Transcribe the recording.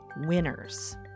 winners